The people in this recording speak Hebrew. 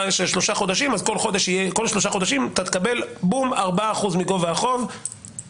כל חודש 4% מגובה החוב למשך שלושה חודשים,